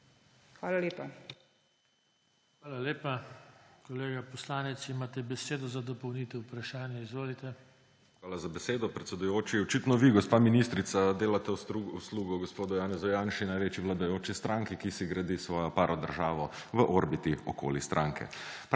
JOŽE TANKO: Hvala lepa. Kolega poslanec, imate besedo za dopolnitev vprašanja. Izvolite. MIHA KORDIŠ (PS Levica): Hvala za besedo, predsedujoči. Očitno vi, gospa ministrica, delate uslugo gospodu Janezu Janši, največji vladajoči stranki, ki si gradi svojo paradržavo v orbiti okoli stranke.